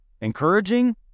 Encouraging